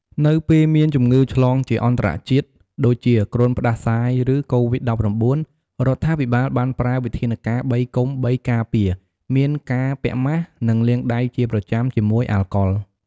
នៅពេលមានជំងឺឆ្លងជាអន្តរជាតិដូចជាគ្រុនផ្ដាសាយ ឬកូវីដ១៩ រដ្ឋាភិបាលបានប្រើវិធានការ ៣កុំ ៣ការពារ មានការពាក់ម៉ាស់ និងលាយដៃជាប្រចាំជាមួយអាល់កុល។